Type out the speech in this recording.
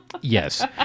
Yes